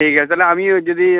ঠিক আছে তাহলে আমি ওই যদি